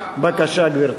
בבקשה, גברתי.